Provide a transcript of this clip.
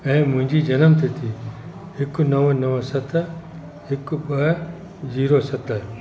ऐं मुंहिंजी जनम तिथी हिकु नव नव सत हिकु ॿ जीरो सत